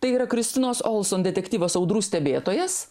tai yra kristinos olson detektyvas audrų stebėtojas